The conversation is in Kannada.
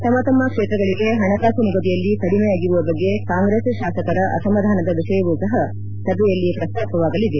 ತಮ್ಮ ತಮ್ಮ ಕ್ಷೇತ್ರಗಳಿಗೆ ಹಣಕಾಸು ನಿಗದಿಯಲ್ಲಿ ಕಡಿಮೆಯಾಗಿರುವ ಬಗ್ಗೆ ಕಾಂಗ್ರೆಸ್ ಶಾಸಕರ ಅಸಮಾಧಾನದ ವಿಷಯವೂ ಸಹ ಸಭೆಯಲ್ಲಿ ಪ್ರಸ್ತಾಪವಾಗಲಿದೆ